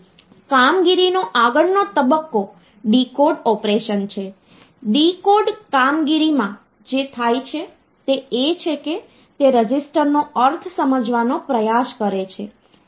કામગીરીનો આગળનો તબક્કો ડીકોડ ઑપરેશન છે ડીકોડ કામગીરીમાં જે થાય છે તે એ છે કે તે રજિસ્ટરનો અર્થ સમજવાનો પ્રયાસ કરે છે